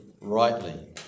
rightly